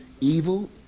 evil